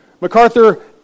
MacArthur